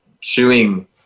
chewing